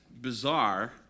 bizarre